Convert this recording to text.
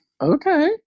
Okay